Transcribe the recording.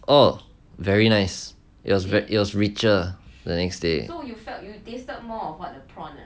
oh very nice it was that it was richer the next day